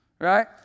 right